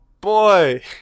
boy